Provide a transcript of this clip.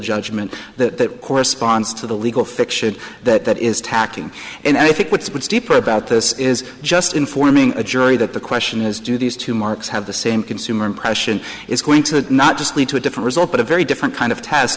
judgment that corresponds to the legal fiction that that is tacky and i think what's what's deeper about this is just informing the jury that the question is do these two marks have the same consumer impression is going to not just lead to a different result but a very different kind of t